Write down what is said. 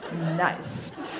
Nice